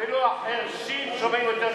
אפילו החירשים שומעים יותר טוב.